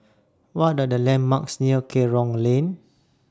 What Are The landmarks near Kerong Lane